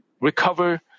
recover